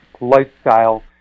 lifestyle